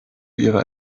ihre